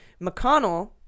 mcconnell